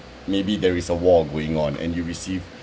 maybe there is a war going on and you receive